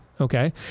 Okay